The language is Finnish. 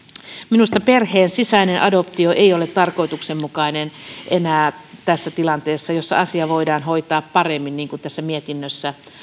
minusta perheen sisäinen adoptio ei ole tarkoituksenmukainen enää tässä tilanteessa jossa asia voidaan hoitaa paremmin niin kuin tässä mietinnössä